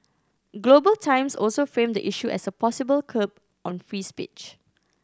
Global Times also framed the issue as a possible curb on free speech